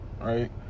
right